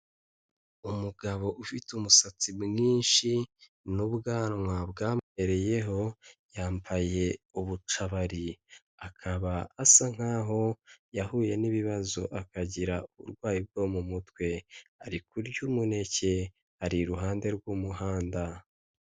Umugabo ufite umusatsi mwinshi n'ubwanwa bwamwereyeho, yambaye ubucabari akaba asa nkaho yahuye n'ibibazo akagira uburwayi bwo mu mutwe, ari kurya umuneke ari iruhande rw'umuhanda.